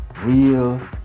real